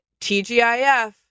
TGIF